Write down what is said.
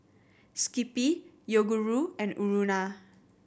Skippy Yoguru and Urana